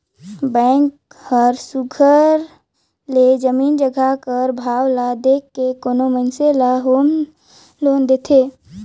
bank हर सुग्घर ले जमीन जगहा कर भाव ल देख के कोनो मइनसे ल होम लोन देथे